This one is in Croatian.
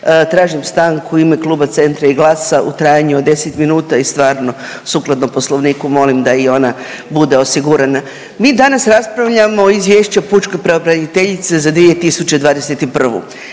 Tražim stanku u ime Kluba Centra i GLAS-a u trajanju od 10 minuta i stvarno sukladno poslovniku molim da i ona bude osigurana. Mi danas raspravljamo o izvješću pučke pravobraniteljice za 2021..